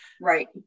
right